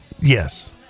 Yes